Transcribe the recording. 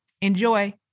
Enjoy